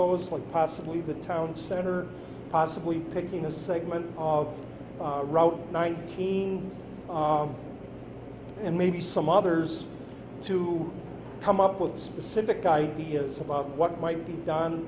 those point possibly the town center possibly picking a segment of route nineteen and maybe some others to come up with specific ideas about what might be done